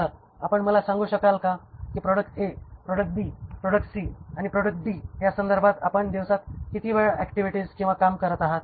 तर आपण मला सांगू शकता का की product A product B product C किंवा प्रॉडक्ट D या संदर्भात आपण दिवसात किती वेळ ऍक्टिव्हिटीज किंवा काम करत आहात